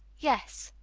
yes.